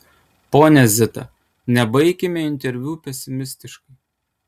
ponia zita nebaikime interviu pesimistiškai